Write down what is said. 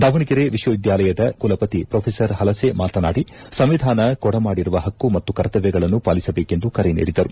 ದಾವಣಗೆರೆ ವಿಶ್ವವಿದ್ಯಾಲಯದ ಕುಲಪತಿ ಪ್ರೊಫೆಸರ್ ಪಲಸೆ ಮಾತನಾಡಿ ಸಂವಿಧಾನ ಕೊಡಮಾಡಿರುವ ಪಕ್ಕು ಮತ್ತು ಕರ್ತಮ್ಯಗಳನ್ನು ಪಾಲಿಸಬೇಕೆಂದು ಕರೆ ನೀಡಿದರು